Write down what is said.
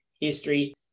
history